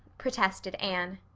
protested anne.